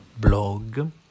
blog